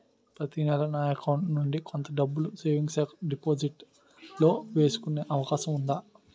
ప్రతి నెల నా అకౌంట్ నుండి కొంత డబ్బులు సేవింగ్స్ డెపోసిట్ లో వేసుకునే అవకాశం ఉందా?